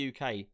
UK